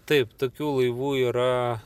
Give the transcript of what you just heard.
taip tokių laivų yra